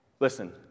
Listen